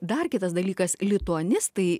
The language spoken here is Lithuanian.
dar kitas dalykas lituanistai